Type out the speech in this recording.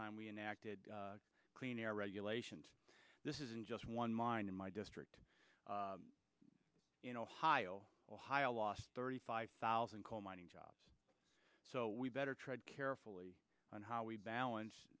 time we enacted clean air regulations this isn't just one mine in my district in ohio ohio lost thirty five thousand coal mining jobs so we better tread carefully on how we balance